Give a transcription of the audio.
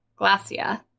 Glacia